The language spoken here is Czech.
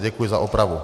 Děkuji za opravu.